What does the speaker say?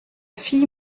fille